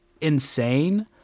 insane